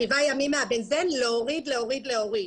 שבעה ימים מה-הבנזן להוריד, להוריד, להוריד.